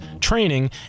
training